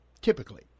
typically